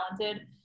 talented